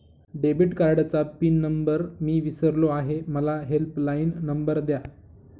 debit कार्डचा pin number मी विसरलो आहे मला हेल्पलाइन नंबर द्या